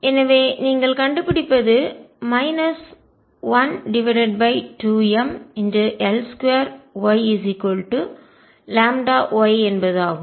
எனவே நீங்கள் கண்டுபிடிப்பது 12mL2YλYஎன்பது ஆகும்